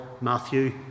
Matthew